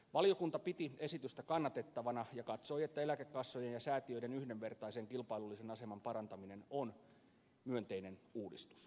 valiokunta piti esitystä kannatettavana ja katsoi että eläkekassojen ja säätiöiden yhdenvertaisen kilpailullisen aseman parantaminen on myönteinen uudistus